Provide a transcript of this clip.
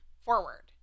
forward